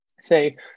say